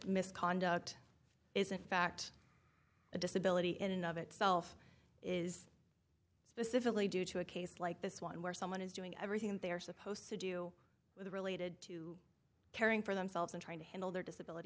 misconduct is in fact a disability in and of itself is specifically due to a case like this one where someone is doing everything that they are supposed to do with related to caring for themselves and trying to handle their disability